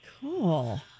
Cool